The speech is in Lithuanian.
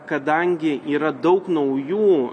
kadangi yra daug naujų